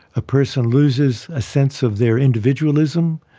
a person loses a sense of their individualism,